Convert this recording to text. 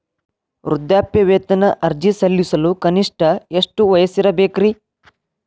ವೃದ್ಧಾಪ್ಯವೇತನ ಅರ್ಜಿ ಸಲ್ಲಿಸಲು ಕನಿಷ್ಟ ಎಷ್ಟು ವಯಸ್ಸಿರಬೇಕ್ರಿ?